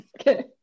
Okay